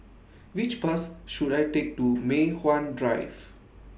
Which Bus should I Take to Mei Hwan Drive